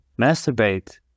masturbate